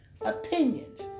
opinions